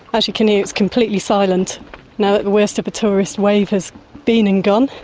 as you can hear, it's completely silent now that the worst of the tourist wave has been and gone.